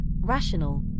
rational